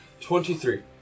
Twenty-three